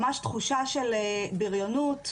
ממש תחושה של בריונות.